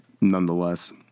Nonetheless